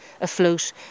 afloat